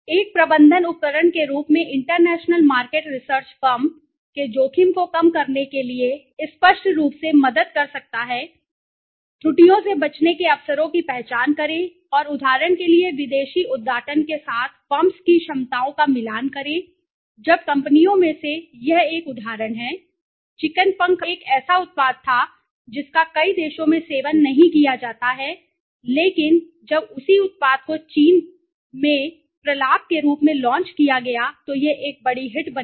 एक प्रबंधन उपकरण के रूप में इंटरनेशनल मार्केट रिसर्च फर्म के जोखिम को कम करने के लिए स्पष्ट रूप से मदद कर सकता है हाँ त्रुटियों से बचने के अवसरों की पहचान करें और उदाहरण के लिए विदेशी उद्घाटन के साथ फर्म्स की क्षमताओं का मिलान करें जब कंपनियों में से यह एक उदाहरण है चिकन पंख अब यह एक ऐसा उत्पाद था जिसका कई देशों में सेवन नहीं किया जाता है लेकिन जब उसी उत्पाद को चीन में प्रलाप के रूप में लॉन्च किया गया तो यह एक बड़ी हिट बन गया